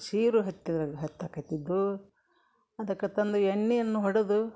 ಸೀರು ಹತ್ತಿ ಹತ್ತಕತ್ತಿದ್ದವು ಅದಕ್ಕೆ ತಂದು ಎಣ್ಣೆಯನ್ನು ಹೊಡೆದು